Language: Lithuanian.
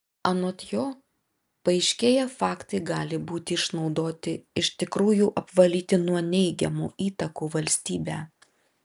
anot jo paaiškėję faktai gali būti išnaudoti iš tikrųjų apvalyti nuo neigiamų įtakų valstybę